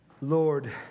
Lord